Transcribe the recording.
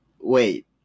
Wait